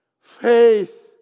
faith